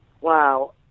Wow